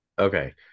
Okay